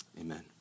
Amen